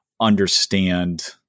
understand